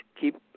keep